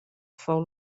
fou